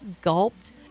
gulped